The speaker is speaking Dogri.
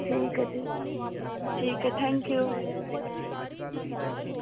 ठीक ऐ जी ठीक ऐ थैंक यू